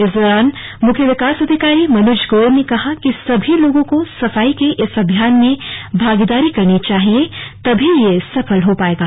इस दौरान मुख्य विकास अधिकारी मनुज गोयल ने कहा कि सभी लोगों को सफाई के इस अभियान में भागीदारी करनी चाहिए तभी यह सफल हो पायेगा